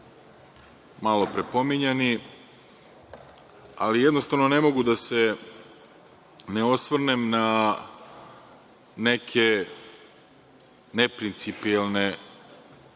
malopre pominjani, ali jednostavno ne mogu da se ne osvrnem na neke neprincipijelne